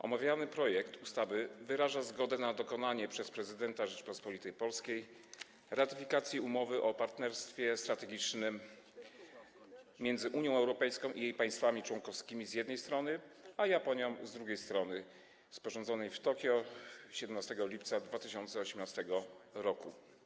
Omawiany projekt ustawy wyraża zgodę na dokonanie przez prezydenta Rzeczypospolitej Polskiej ratyfikacji Umowy o partnerstwie strategicznym między Unią Europejską i jej państwami członkowskimi, z jednej strony, a Japonią, z drugiej strony, sporządzonej w Tokio dnia 17 lipca 2018 r.